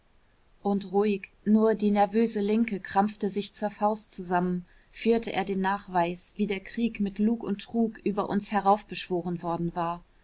und ruhig nur die nervöse linke krampfte sich zur faust zusammen führte er den nachweis wie der krieg mit lug und trug über uns heraufbeschworen worden war